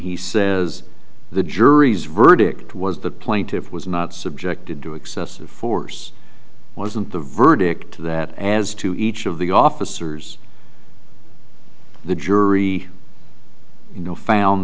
he says the jury's verdict was the plaintiff was not subjected to excessive force wasn't the verdict that as to each of the officers the jury you know found